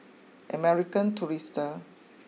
American Tourister